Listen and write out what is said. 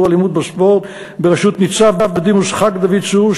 אלימות בספורט בראשות ניצב בדימוס חבר הכנסת דוד צור,